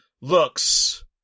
looks